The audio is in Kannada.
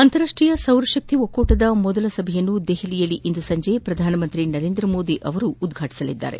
ಅಂತಾರಾಷ್ಷೀಯ ಸೌರಶಕ್ತಿ ಒಕ್ಕೂಟದ ಮೊದಲನೆ ಸಭೆಯನ್ನು ನವದೆಹಲಿಯಲ್ಲಿ ಇಂದು ಸಂಜೆ ಪ್ರಧಾನಮಂತ್ರಿ ನರೇಂದ್ರ ಮೋದಿ ಉದ್ಘಾಟಿಸಲಿದ್ದಾರೆ